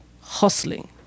hustling